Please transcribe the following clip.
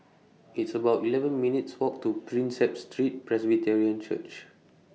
It's about eleven minutes' Walk to Prinsep Street Presbyterian Church